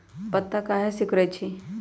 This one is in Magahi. पत्ता काहे सिकुड़े छई?